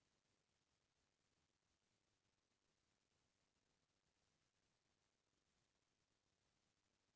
किसान फसल बीमा योजना का हे अऊ ए हा कोन कोन ला मिलिस सकत हे?